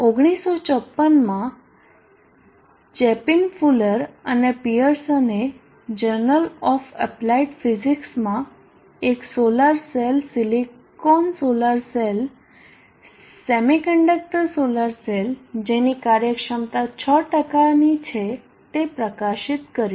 1954 માં Chapin Fuller અને પિયર્સનએ જર્નલ ઓફ એપ્લાઇડ ફિઝિક્સમાં એક solar cell silicon solar cell semiconductor solar cell જેની કાર્યક્ષમતા 6 ની છે તે પ્રકાશિત કર્યું